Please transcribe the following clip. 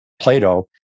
Plato